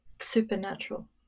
supernatural